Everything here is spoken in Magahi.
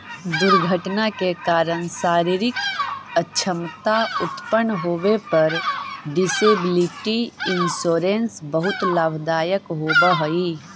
दुर्घटना के कारण शारीरिक अक्षमता उत्पन्न होवे पर डिसेबिलिटी इंश्योरेंस बहुत लाभदायक होवऽ हई